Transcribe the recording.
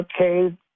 okay